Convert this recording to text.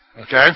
okay